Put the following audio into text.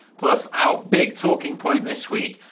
plus our big talking point this week,